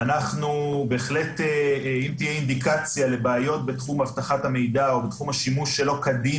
ואם תהיה אינדיקציה לבעיות בתחום הבטחת המידע או בתחום השימוש שלא כדין